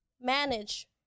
manage